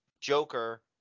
Joker